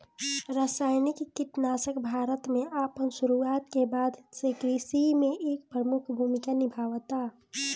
रासायनिक कीटनाशक भारत में अपन शुरुआत के बाद से कृषि में एक प्रमुख भूमिका निभावता